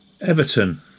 Everton